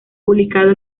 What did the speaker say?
publicado